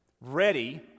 ready